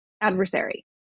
adversary